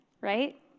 right